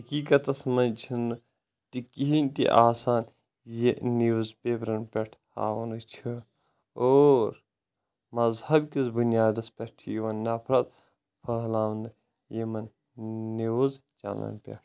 حقیقتس منٛز چھنہٕ تہِ کہیٖنۍ تہِ آسان یہِ نیوز پیپرن پٮ۪ٹھ ہاونہٕ چھُ اور مذہب کس بنیادس پٮ۪ٹھ چھِ یِوان نفرت پھٔلاونہٕ یمن نیوز چنلن پٮ۪ٹھ